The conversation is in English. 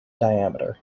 diameter